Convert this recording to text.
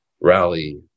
Rally